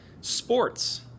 sports